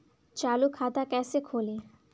चालू खाता कैसे खोलें?